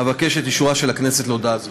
אבקש את אישורה של הכנסת להודעה זו.